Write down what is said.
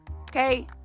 Okay